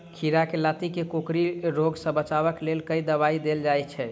खीरा केँ लाती केँ कोकरी रोग सऽ बचाब केँ लेल केँ दवाई देल जाय छैय?